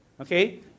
Okay